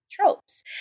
tropes